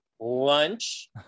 lunch